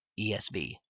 ESV